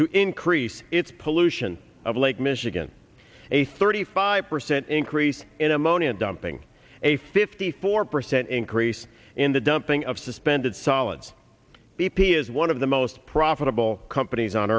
to increase its pollution of lake michigan a thirty five percent increase in ammonia dumping a fifty four percent increase in the dumping of suspended solids b p is one of the most profitable companies on